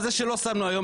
על זה שלא שמנו היום.